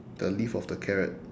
the leaf of the carrot